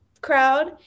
crowd